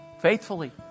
faithfully